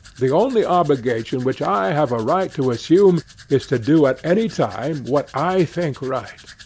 the only obligation which i have a right to assume is to do at any time what i think right.